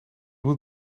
moet